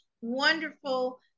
wonderful